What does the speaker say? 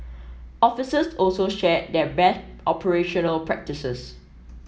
officers also shared their best operational practices